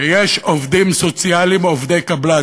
שיש עובדים סוציאליים עובדי קבלן.